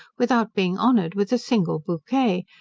without being honoured with a single bouquet,